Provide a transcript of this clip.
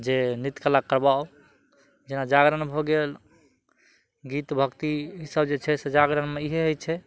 जे नृत्यकला करबाउ जेना जागरण भऽ गेल गीत भक्ति ई सब जे छै से जागरणमे इएहे होइ छै